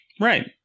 right